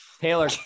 taylor